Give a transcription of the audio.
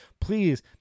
Please